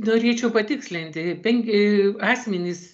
norėčiau patikslinti pen asmenys